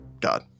God